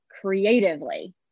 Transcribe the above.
creatively